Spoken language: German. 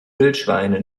wildschweine